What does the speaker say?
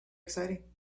exciting